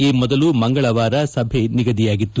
ಈ ಮೊದಲು ಮಂಗಳವಾರ ಸಭೆ ನಿಗದಿಯಾಗಿತ್ತು